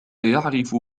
يعرف